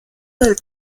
del